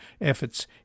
efforts